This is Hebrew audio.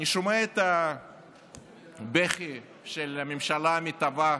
אני שומע את הבכי של הממשלה המתהווה,